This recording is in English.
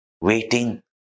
waiting